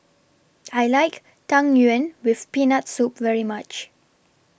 I like Tang Yuen with Peanut Soup very much